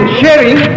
sharing